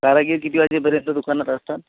कारागीर किती वाजेपर्यंत दुकानात असतात